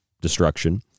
destruction